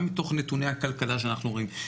גם מתוך נתוני הכלכלה שאנחנו רואים,